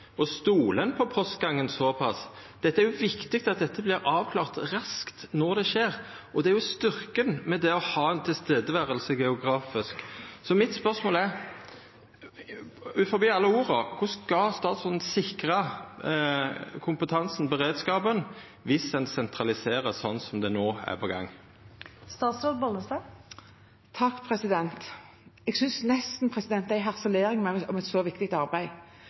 Og stoler ein såpass på postgangen? Det er jo viktig at dette vert avklart raskt når det skjer, og det er jo styrken ved å ha eit geografisk nærvære. Så mitt spørsmål er: Sett bort frå alle orda, korleis skal statsråden sikra kompetansen og beredskapen dersom ein sentraliserer slik som det no er på gang? Jeg synes nesten det er en harselering over et så viktig arbeid.